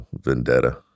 vendetta